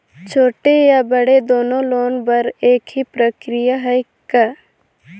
छोटे या बड़े दुनो लोन बर एक ही प्रक्रिया है का?